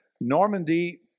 Normandy